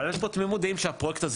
אבל יש פה תמימות דעים שהפרויקט הזה